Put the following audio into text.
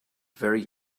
very